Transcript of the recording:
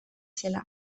zela